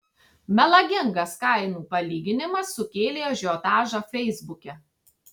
melagingas kainų palyginimas sukėlė ažiotažą feisbuke